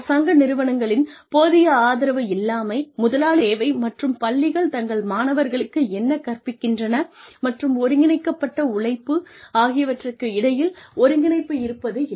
அரசாங்க நிறுவனங்களின் போதிய ஆதரவு இல்லாமை முதலாளிகளுக்கு என்ன தேவை மற்றும் பள்ளிகள் தங்கள் மாணவர்களுக்கு என்ன கற்பிக்கின்றன மற்றும் ஒருங்கிணைக்கப்பட்ட உழைப்பு ஆகியவற்றுக்கு இடையில் ஒருங்கிணைப்பு இருப்பது இல்லை